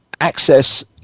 access